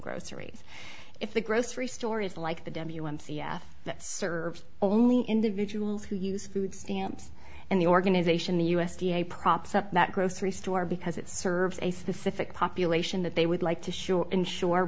groceries if the grocery store is like the devil that serves only individuals who use food stamps and the organization the u s d a props up that grocery store because it serves a specific population that they would like to assure ensure